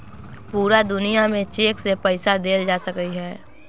पूरा दुनिया में चेक से पईसा देल जा सकलई ह